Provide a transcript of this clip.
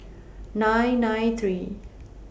nine nine three